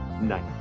Night